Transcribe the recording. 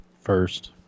first